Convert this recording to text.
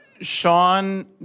Sean